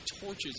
torches